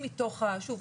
שוב,